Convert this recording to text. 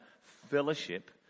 fellowship